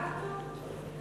וזה גם לא טוב?